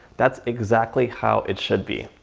that's exactly how it should be.